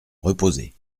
reposer